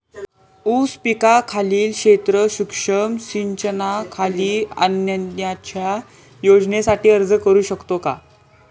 ऊस पिकाखालील क्षेत्र सूक्ष्म सिंचनाखाली आणण्याच्या योजनेसाठी अर्ज करू शकतो का?